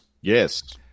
Yes